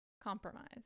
compromise